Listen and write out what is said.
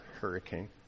hurricane